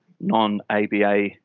non-ABA